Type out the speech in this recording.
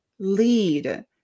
lead